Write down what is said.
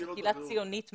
זו קהילה ציונית מאוד.